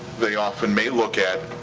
they often may look at,